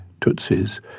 Tutsis